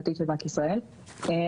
הבנק ינקוט באסטרטגיה מאוד פשוטה,